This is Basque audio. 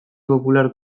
popular